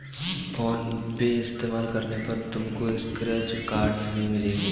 phone पे इस्तेमाल करने पर तुमको स्क्रैच कार्ड्स भी मिलेंगे